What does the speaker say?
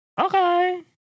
okay